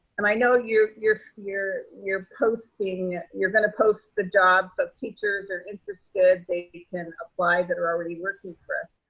and i know you're, you're, you're, you're posting, you're going to post the job of teachers are interested. they can apply that are already working for us,